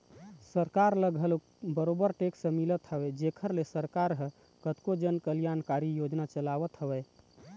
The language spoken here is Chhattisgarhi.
सरकार ल घलोक बरोबर टेक्स मिलत हवय जेखर ले सरकार ह कतको जन कल्यानकारी योजना चलावत हवय